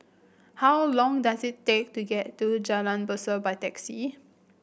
how long does it take to get to Jalan Besut by taxi